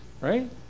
right